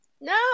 No